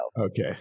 Okay